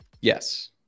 Yes